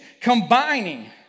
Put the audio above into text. combining